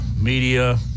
media